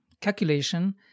calculation